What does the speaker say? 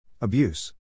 Abuse